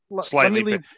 slightly